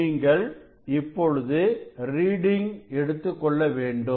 நீங்கள் இப்பொழுது ரீடிங் எடுத்துக்கொள்ள வேண்டும்